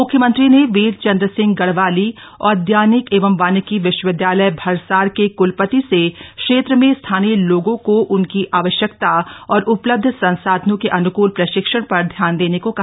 म्ख्यमंत्री ने वीरचन्द्र सिंह गढ़वाली औद्यानिकी एवं वानिकी विश्वविद्यालय भरसार के कुलपति से क्षेत्र में स्थानीय लोग को उनकी आवश्यकता और उपलब्ध संसाधनों के अन्कूल प्रशिक्षण पर ध्यान देने को कहा